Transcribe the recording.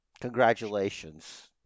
Congratulations